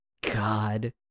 God